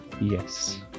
Yes